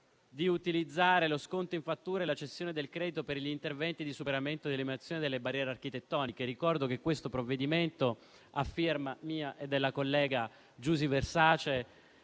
di utilizzare lo sconto in fattura e la cessione del credito per gli interventi di superamento e di eliminazione delle barriere architettoniche: ricordo che questo provvedimento, presentato da me e dalla collega Giusy Versace,